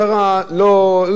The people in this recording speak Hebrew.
לא קונים עגבניות.